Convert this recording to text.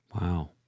Wow